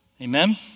Amen